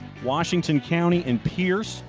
washington county and pierce